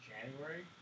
January